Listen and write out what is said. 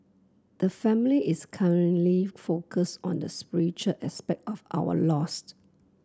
the family is currently focused on the spiritual aspect of our lost